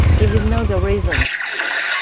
if you know the reasons